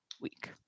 week